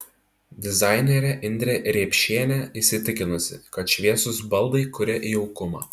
dizainerė indrė riepšienė įsitikinusi kad šviesūs baldai kuria jaukumą